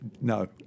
No